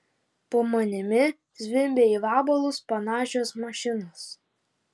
po manimi zvimbia į vabalus panašios mašinos